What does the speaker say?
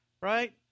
right